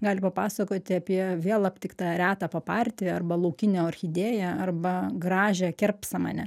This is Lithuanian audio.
gali papasakoti apie vėl aptiktą retą papartį arba laukinę orchidėją arba gražią kerpsamanę